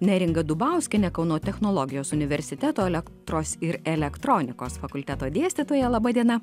neringa dubauskiene kauno technologijos universiteto elektros ir elektronikos fakulteto dėstytoja laba diena